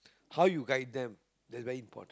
how you guide them is very important